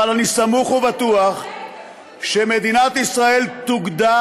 אבל אני סמוך ובטוח שמדינת ישראל תוגדר